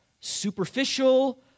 superficial